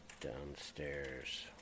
downstairs